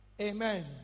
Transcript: Amen